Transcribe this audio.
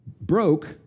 broke